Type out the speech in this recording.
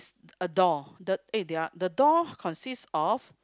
a door the eh they are the door consist of